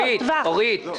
אורית,